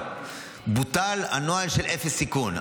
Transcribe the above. בוטל הנוהל של אפס סיכון.